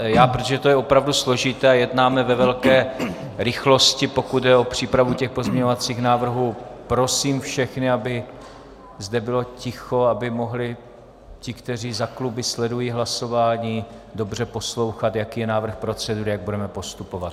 Protože je to opravdu složité a jednáme ve velké rychlosti, pokud jde o přípravu těch pozměňovacích návrhů, prosím všechny, aby zde bylo ticho, aby mohli ti, kteří za kluby sledují hlasování, dobře poslouchat, jaký je návrh procedury, jak budeme postupovat.